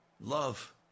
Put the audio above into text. Love